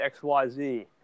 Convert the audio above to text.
XYZ